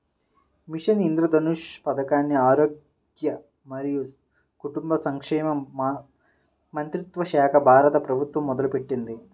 machine Indradhanush పథకాన్ని ఆరోగ్య మరియు కుటుంబ సంక్షేమ మంత్రిత్వశాఖ, భారత ప్రభుత్వం మొదలుపెట్టింది